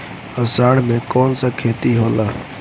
अषाढ़ मे कौन सा खेती होला?